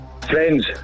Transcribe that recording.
Friends